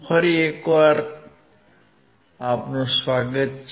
ફરી એકવાર આપનું સ્વાગત છે